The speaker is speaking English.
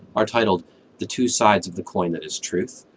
are titled the two sides of the coin that is truth,